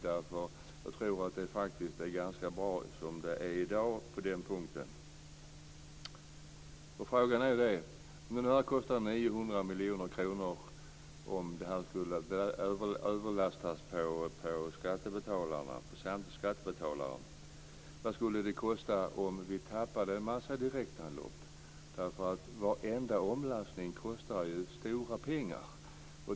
Jag tror att det faktiskt är ganska bra som det är i dag på den punkten. Frågan är följande. I dag kostar det 900 miljoner kronor, som skulle lastas över på skattebetalarna. Vad skulle det kosta om vi tappade en massa direktanlopp? Varenda omlastning kostar ju stora pengar.